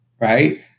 right